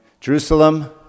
Jerusalem